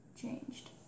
changed